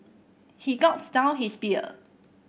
he gulped down his beer